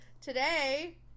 Today